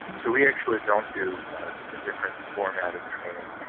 so we actually don't do ah different format of training,